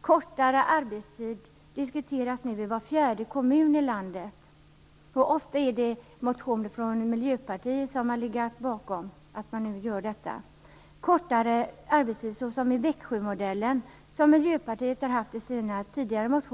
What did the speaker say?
Kortare arbetstid diskuteras nu i var fjärde kommun i landet, och ofta är det motioner från Miljöpartiet som ligger bakom att man gör det. Miljöpartiet har i sina tidigare motioner talat om kortare arbetstid enligt Växjömodellen.